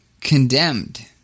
condemned